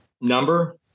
number